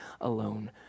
alone